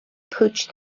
pooch